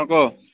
অঁ ক